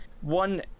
one